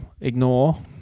ignore